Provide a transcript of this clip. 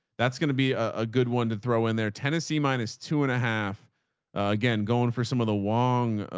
that's going to be a good one to throw in there, tennessee, minus two and a half again, going for some of the wong,